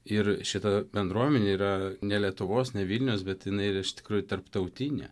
ir šita bendruomenė yra ne lietuvos ne vilniaus bet jinai yra iš tikrųjų tarptautinė